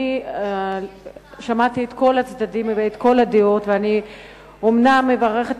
אני שמעתי את כל הצדדים ואת כל הדעות ואני אומנם מברכת,